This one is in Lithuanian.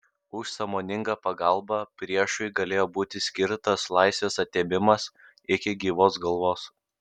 už sąmoningą pagalbą priešui galėjo būti skirtas laisvės atėmimas iki gyvos galvos